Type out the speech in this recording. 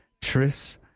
tris